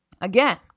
Again